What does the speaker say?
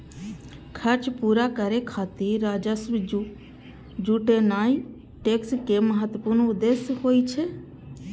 खर्च पूरा करै खातिर राजस्व जुटेनाय टैक्स के महत्वपूर्ण उद्देश्य होइ छै